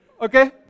Okay